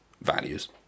values